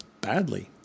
badly